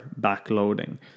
backloading